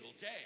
day